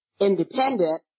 Independent